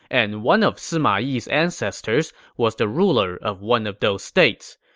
and one of sima yi's ancestors was the ruler of one of those states.